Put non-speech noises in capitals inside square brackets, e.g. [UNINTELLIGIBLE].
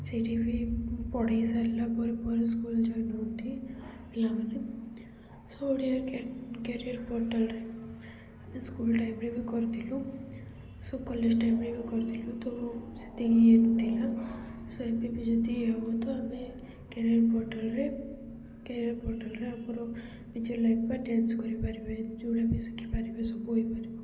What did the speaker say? ସେଇଠି ବି ପଢ଼େଇ ସାରିଲା ପରେ ପରେ ସ୍କୁଲ୍ ଜଏନ୍ ହୁଅନ୍ତି ପିଲାମାନେ [UNINTELLIGIBLE] ଓଡ଼ିଆ କ୍ୟାରିୟର୍ ପୋର୍ଟାଲ୍ରେ ଆମେ ସ୍କୁଲ୍ ଟାଇମ୍ରେ ବି କରିଥିଲୁ ସୋ କଲେଜ୍ ଟାଇମ୍ରେ ବି କରିଥିଲୁ ତ ସେତିକି ହିଁ ଥିଲା [UNINTELLIGIBLE] ତ ଆମେ କ୍ୟାରିୟର୍ ପୋର୍ଟାଲ୍ରେ କ୍ୟାରିଅର୍ ପୋର୍ଟାଲ୍ରେ ଆମର ନିଜେ ଲାଇଫ୍ ବା ଡ୍ୟାନ୍ସ କରିପାରିବେ ଯେଉଁଟା ବି ଶିଖିପାରିବେ ସବୁ ହୋଇପାରିବେ